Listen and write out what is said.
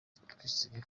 twizeye